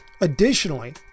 Additionally